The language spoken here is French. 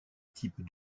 types